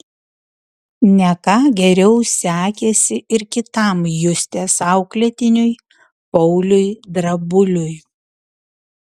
ne ką geriau sekėsi ir kitam justės auklėtiniui pauliui drabuliui